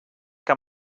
que